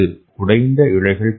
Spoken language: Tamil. உடைந்த இழைகள் கிடைக்கும்